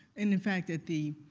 and in fact, at the